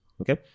okay